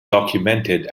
documented